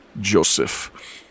joseph